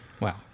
Wow